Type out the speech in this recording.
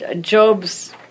Job's